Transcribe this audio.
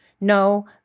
No